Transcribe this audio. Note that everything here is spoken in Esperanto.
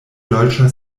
dolĉa